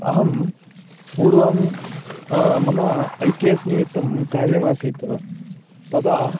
अहं पूर्वं मम ऐ के एस् निमित्तं कार्यमासीत् तदा